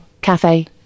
cafe